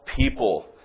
people